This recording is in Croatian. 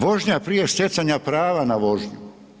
Vožnja prije stjecanja prava na vožnju.